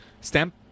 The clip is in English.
stamp